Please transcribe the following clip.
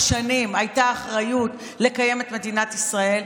שנים הייתה אחריות לקיים את מדינת ישראל,